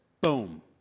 boom